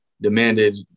demanded